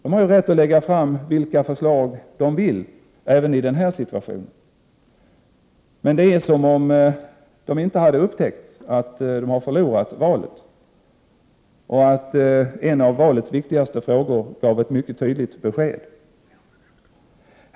De har ju rätt att lägga fram vilka förslag de vill även i den här situationen. Det är som om de inte hade upptäckt att de har förlorat valet och att det i en av valets viktigaste frågor gavs ett mycket tydligt besked.